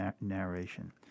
narration